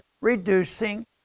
reducing